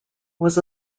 was